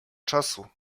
czasu